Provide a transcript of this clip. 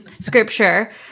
Scripture